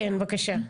כן, בקשה.